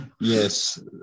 Yes